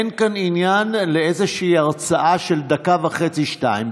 אין כאן עניין להרצאה של דקה וחצי-שתיים.